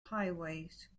highways